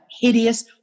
hideous